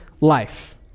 life